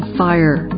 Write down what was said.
fire